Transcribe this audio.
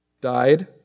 died